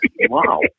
Wow